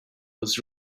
was